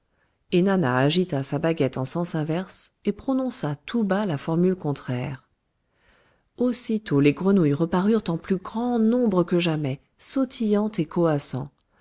ennana agita sa baguette en sens inverse et prononça tout bas la formule contraire aussitôt les grenouilles reparurent en plus grand nombre que jamais sautillant et coassant